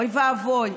אוי ואבוי,